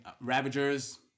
Ravagers